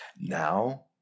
Now